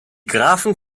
grafen